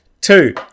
Two